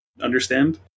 understand